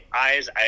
eyes